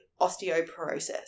osteoporosis